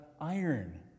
iron